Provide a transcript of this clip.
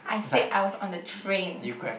I said I was on the train